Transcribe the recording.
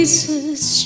Jesus